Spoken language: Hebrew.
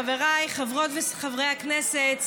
חבריי חברות וחברי הכנסת,